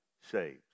saved